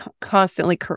constantly